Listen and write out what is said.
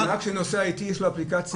לנהג שנוסע איתי יש לו אפליקציה,